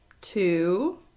two